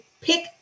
pick